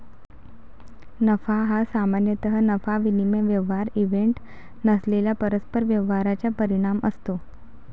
नफा हा सामान्यतः नफा विनिमय व्यवहार इव्हेंट नसलेल्या परस्पर व्यवहारांचा परिणाम असतो